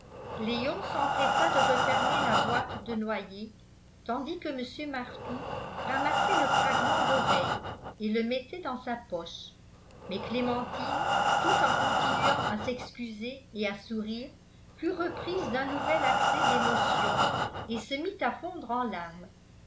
léon s'empressa de refermer la boîte de noyer tandis que mr martout ramassait le fragment d'oreille et le mettait dans sa poche mais clémentine tout en continuant à s'excuser et à sourire fut reprise d'un nouvel accès d'émotion et se mit à fondre en larmes